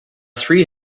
three